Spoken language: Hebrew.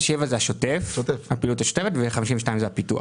סעיף 07 הוא השוטף ו-52 זה הפיתוח.